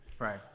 Right